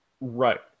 Right